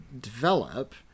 develop